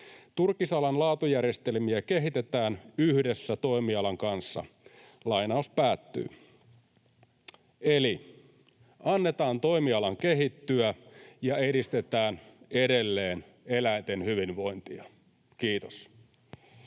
”Turkisalan laatujärjestelmiä kehitetään yhdessä toimialan kanssa.” Eli: annetaan toimialan kehittyä ja edistetään edelleen eläinten hyvinvointia. — Kiitos.